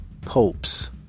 popes